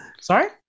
Sorry